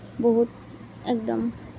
বহুত একদম